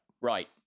right